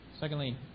Secondly